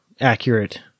accurate